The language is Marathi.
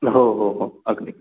हो हो हो अगदी